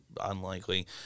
Unlikely